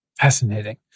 Fascinating